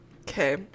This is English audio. Okay